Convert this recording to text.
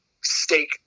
steak